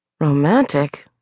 Romantic